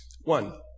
One